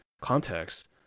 context